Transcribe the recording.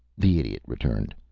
the idiot returned.